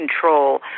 control